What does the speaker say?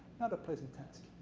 not a pleasant task.